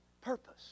purpose